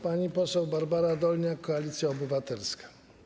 Pani poseł Barbara Dolniak, Koalicja Obywatelska.